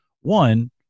One